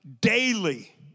daily